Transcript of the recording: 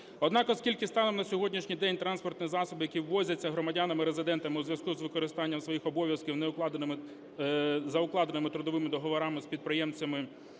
Однак, оскільки станом на сьогоднішній день транспортні засоби, які ввозяться громадянами-резидентами у зв'язку з використанням своїх обов'язків за укладеними трудовими договорами з